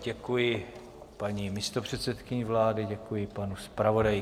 Děkuji paní místopředsedkyni vlády, děkuji panu zpravodaji.